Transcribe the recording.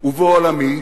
ובו עולמי,